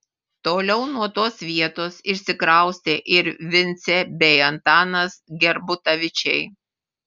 toliau nuo tos vietos išsikraustė ir vincė bei antanas gerbutavičiai